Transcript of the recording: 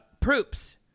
Proops